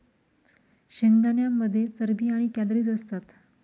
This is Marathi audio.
शेंगदाण्यांमध्ये चरबी आणि कॅलरीज असतात